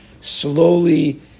slowly